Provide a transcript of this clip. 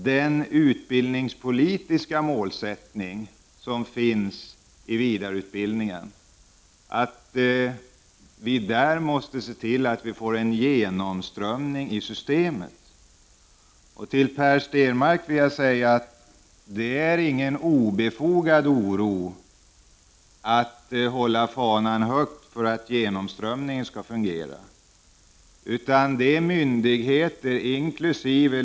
Den utbildningspolitiska målsättningen för vidareutbildningen är att det måste bli genomströmning i systemet. Till Per Stenmarck vill jag säga att han inte behöver hysa någon oro för att genomströmningen inte skall fungera. De myndigheter, inkl.